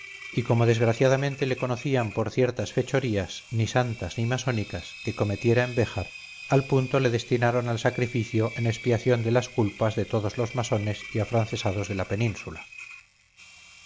y como desgraciadamente le conocían por ciertas fechorías ni santas ni masónicas que cometiera en béjar al punto le destinaron al sacrificio en expiación de las culpas de todos los masones y afrancesados de la península